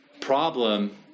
problem